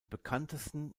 bekanntesten